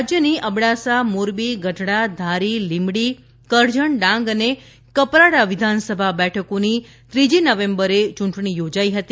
રાજ્યની અબડાસામોરબી ગઢડા ધારી લીંબડી કરજણ ડાંગ અને કપરાડા વિધાનસભા બેઠકોની ત્રીજી નવેમ્બરે યૂંટણી યોજાઇ હતી